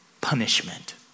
punishment